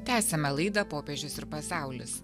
tęsiame laidą popiežius ir pasaulis